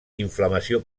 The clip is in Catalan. inflamació